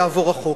יעבור החוק.